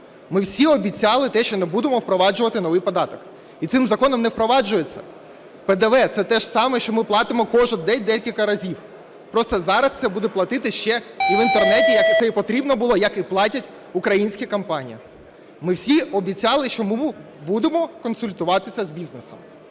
Ми всі обіцяли те, що не будемо впроваджувати новий податок, і цим законом не впроваджується. ПДВ. Це те ж саме, що ми платимо кожен день декілька разів, просто зараз це буде платитись ще і в Інтернеті, як це потрібно було, як і платять українські компанії. Ми всі обіцяли, що будемо консультуватися з бізнесом.